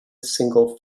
single